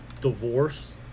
divorce